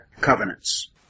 covenants